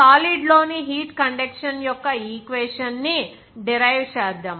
solid లోని heat conduction యొక్క equation ని డిరైవ్ చేద్దాం